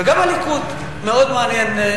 הוא יותר ותיק ממני בכנסת.